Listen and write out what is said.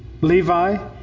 Levi